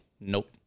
Nope